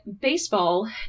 baseball